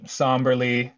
somberly